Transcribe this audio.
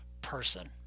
person